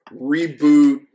reboot